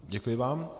Děkuji vám.